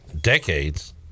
decades